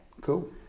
Cool